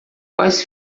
quais